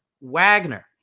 Wagner